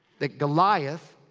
that goliath,